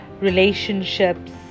relationships